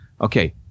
okay